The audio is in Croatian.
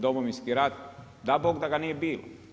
Domovinski rat da Bog da, da ga nije bilo.